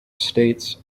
states